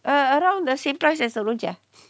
err around the same price as seroja